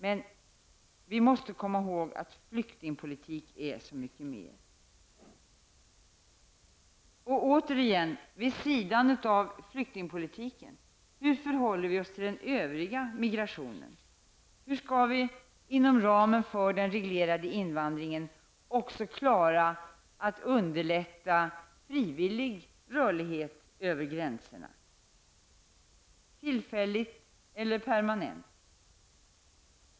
Men vi måste komma ihåg att flyktingpolitik är så mycket mer. Återigen: Vid sidan av flyktingpolitiken; hur förhåller vi oss till den övriga migrationen? Hur skall vi inom ramen för den reglerade invandringen även klara av att underlätta frivillig rörlighet över gränserna, tillfällig eller permanent?